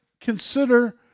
consider